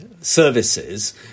services